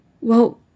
Well